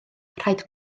rhaid